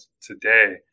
today